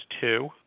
two